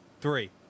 three